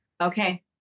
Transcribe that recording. Okay